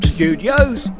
Studios